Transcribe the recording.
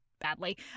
badly